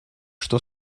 что